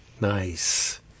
Nice